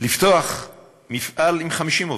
לפתוח מפעל עם 50 עובדים,